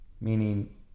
meaning